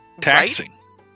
taxing